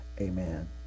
Amen